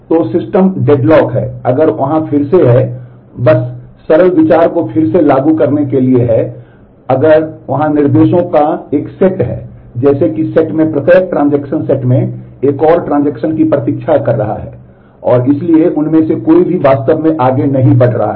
तो system deadlock की प्रतीक्षा कर रहा है और इसलिए उनमें से कोई भी वास्तव में आगे नहीं बढ़ सकता है